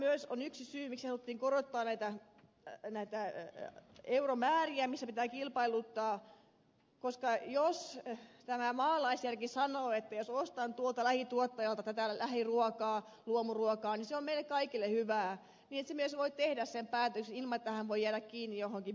tämä on myös yksi syy miksi haluttiin korottaa näitä euromääriä joissa pitää kilpailuttaa koska jos tämä maalaisjärki sanoo että jos ostan tuolta lähituottajalta tätä lähiruokaa luomuruokaa niin se on meille kaikille hyväksi niin myös voi tehdä sen päätöksen ilman että voi jäädä kiinni johonkin byrokratiaan